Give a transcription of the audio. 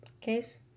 case